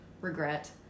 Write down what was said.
regret